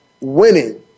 winning